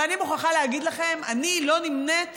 ואני מוכרחה להגיד לכם, אני לא נמנית